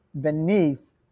beneath